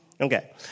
Okay